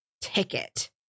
ticket